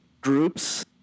groups